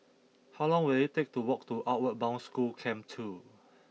how long will it take to walk to Outward Bound School Camp two